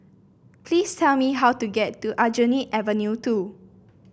please tell me how to get to Aljunied Avenue Two